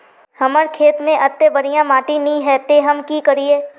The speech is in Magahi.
हमर खेत में अत्ते बढ़िया माटी ने है ते हम की करिए?